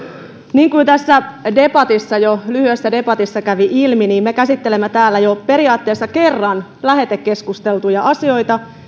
niin kuin tässä lyhyessä debatissa jo kävi ilmi me käsittelemme täällä jo periaatteessa kerran lähetekeskusteltuja asioita